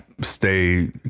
stay